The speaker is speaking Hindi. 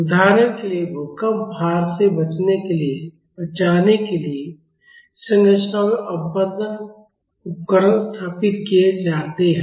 उदाहरण के लिए भूकंप भार से बचाने के लिए संरचनाओं में अवमंदन उपकरण स्थापित किए जाते हैं